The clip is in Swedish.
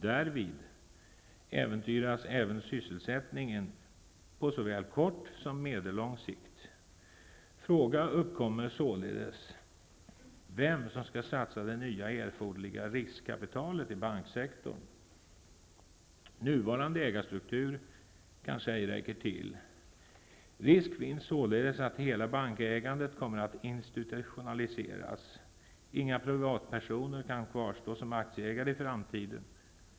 Därvid äventyras även sysselsättningen på såväl kort som medellång sikt. Således uppkommer frågan om vem som skall satsa det nya erforderliga riskkapitalet i banksektorn. Nuvarande ägarstruktur kanske ej räcker till. Risk finns således att hela bankägandet kommer att institutionaliseras. Inga privatpersoner kan kvarstå som aktieägare i framtiden.